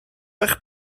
eich